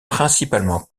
principalement